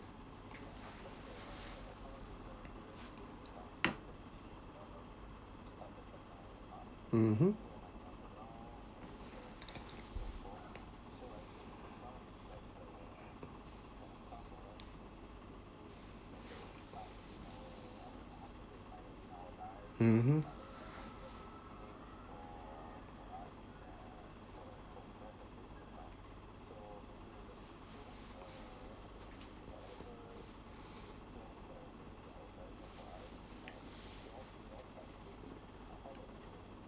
mmhmm mmhmm